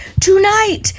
tonight